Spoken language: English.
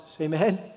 Amen